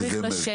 צריך לשבת.